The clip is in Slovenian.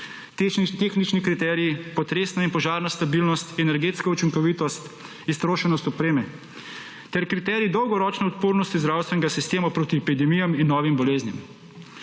tehnični kriteriji, potresna in požarna stabilnost, energetska učinkovitost, istrošenost opreme ter kriterij dolgoročne odpornosti zdravstvenega sistema proti epidemijam in novim boleznim.